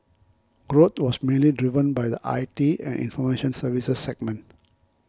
growth was mainly driven by the I T and information services segment